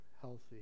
healthy